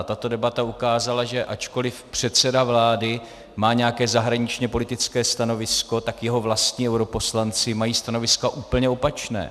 Tato debata ukázala, že ačkoliv předseda vlády má nějaké zahraničněpolitické stanovisko, jeho vlastní europoslanci mají stanovisko úplně opačné.